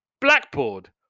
blackboard